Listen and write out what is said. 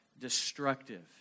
destructive